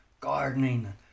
gardening